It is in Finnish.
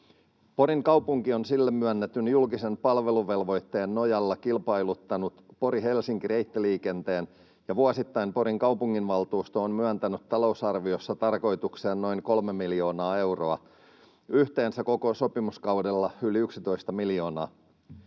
Porin kaupunki on sille myönnetyn julkisen palveluvelvoitteen nojalla kilpailuttanut Pori—Helsinki-reittiliikenteen, ja vuosittain Porin kaupunginvaltuusto on myöntänyt talousarviossa tarkoitukseen noin kolme miljoonaa euroa, yhteensä koko sopimuskaudella yli 11 miljoonaa.